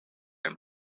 and